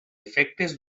efectes